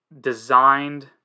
designed